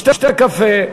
ישתה קפה,